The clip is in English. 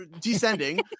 descending